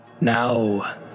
Now